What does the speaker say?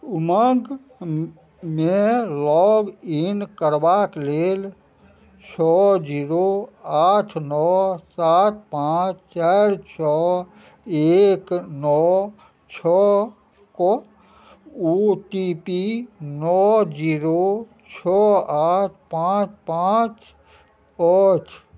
उमङ्गमे log in करबाक लेल छओ जीरो आठ नओ सात पाँच चारि छओ एक नओ छओके ओ टी पी नओ जीरो छओ आठ पाँच पाँच अछि